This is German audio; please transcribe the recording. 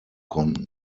konnten